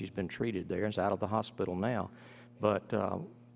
she's been treated there is out of the hospital now but